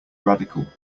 radical